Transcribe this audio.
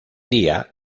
día